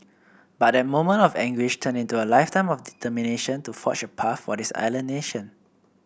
but that moment of anguish turned into a lifetime of determination to forge a path for this island nation